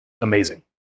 amazing